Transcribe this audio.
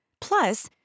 Plus